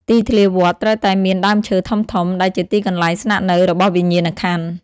ទីធ្លាវត្ត ត្រូវតែមានដើមឈើធំៗ ដែលជាទីកន្លែងស្នាក់នៅរបស់វិញ្ញាណក្ខន្ធ។